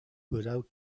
without